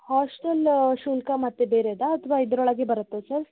ಹಾಸ್ಟೆಲ್ಲ ಶುಲ್ಕ ಮತ್ತೆ ಬೇರೆದೋ ಅಥವಾ ಇದರೊಳಗೆ ಬರುತ್ತಾ ಸರ್